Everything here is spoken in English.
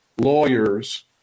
lawyers